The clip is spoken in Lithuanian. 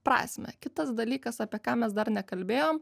prasmę kitas dalykas apie ką mes dar nekalbėjom